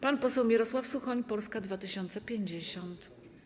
Pan poseł Mirosław Suchoń, Polska 2050.